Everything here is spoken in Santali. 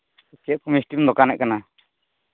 ᱪᱮᱫ ᱠᱚ ᱢᱤᱥᱴᱤᱢ ᱫᱚᱠᱟᱱᱮᱫ ᱠᱟᱱᱟ